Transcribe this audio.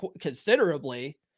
considerably